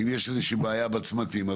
אם יש איזושהי בעיה בצמתים,